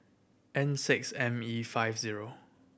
N six M E five zero